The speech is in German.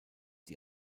die